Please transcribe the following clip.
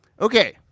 Okay